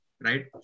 right